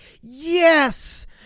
yes